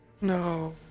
no